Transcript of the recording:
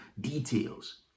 details